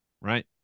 right